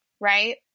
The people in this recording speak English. right